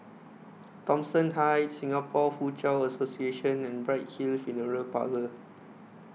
Thomson Heights Singapore Foochow Association and Bright Hill Funeral Parlour